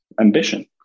ambition